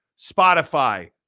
Spotify